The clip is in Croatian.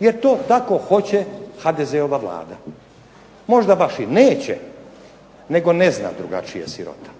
jer to tako hoće HDZ-ova Vlada. Možda baš i neće, nego ne zna drugačije sirota.